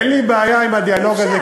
אין לי בעיה עם הדיאלוג הזה,